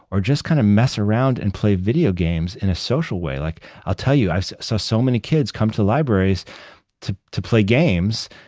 or just kind of mess around and play video games in a social way. like i'll tell you, i've seen so so many kids come to the libraries to to play games.